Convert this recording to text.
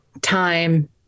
time